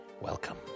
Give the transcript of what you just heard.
welcome